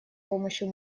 помощью